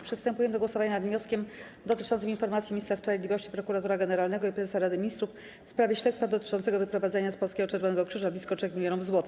Przystępujemy do głosowania nad wnioskiem dotyczącym informacji ministra sprawiedliwości, prokuratora generalnego i prezesa Rady Ministrów w sprawie śledztwa dotyczącego wyprowadzenia z Polskiego Czerwonego Krzyża blisko 3 mln zł.